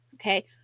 okay